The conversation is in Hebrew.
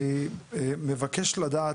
אני מבקש לדעת,